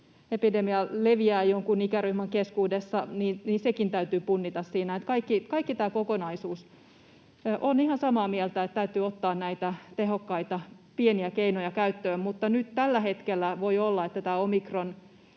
epidemia leviää jonkun ikäryhmän keskuudessa, niin sekin täytyy siinä punnita, kaikki tämä kokonaisuus. Olen ihan samaa mieltä, että täytyy ottaa näitä tehokkaita pieniä keinoja käyttöön. Mutta nyt tällä hetkellä voi olla, että tämä omikron